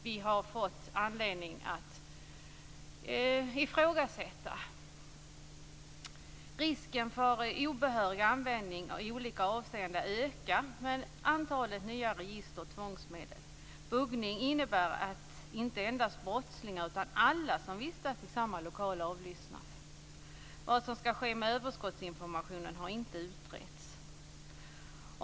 Det har vi fått anledning att ifrågasätta. Risken för obehörig användning i olika avseenden ökar med antalet nya register och tvångsmedel. Buggning innebär att inte endast brottslingar utan alla som vistas i samma lokal avlyssnas. Vad som skall ske med överskottsinformationen har inte utretts.